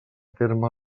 terme